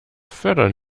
fördern